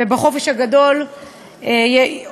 ובחופש הגדול הפגיעות,